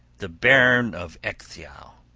the bairn of ecgtheow